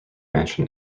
mansion